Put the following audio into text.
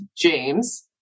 James